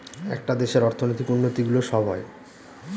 একটা দেশের অর্থনৈতিক উন্নতি গুলো সব হয়